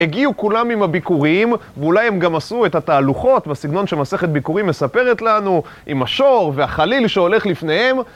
הגיעו כולם עם הביקורים, ואולי הם גם עשו את התהלוכות, בסגנון שמסכת ביקורים מספרת לנו עם השור והחליל שהולך לפניהם.